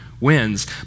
wins